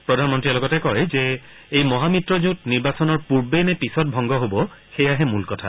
প্ৰধানমন্ৰীয়ে লগতে কয় যে এই মহামিত্ৰজোঁট নিৰ্বাচনৰ পূৰ্বে নে পিছত ভংগ হ'ব সেয়াহে মূল কথা